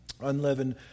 unleavened